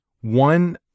One